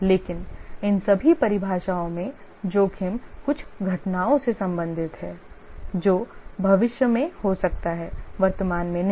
लेकिन इन सभी परिभाषाओं में जोखिम कुछ घटनाओं से संबंधित है जो भविष्य में हो सकता है वर्तमान में नहीं